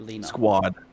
Squad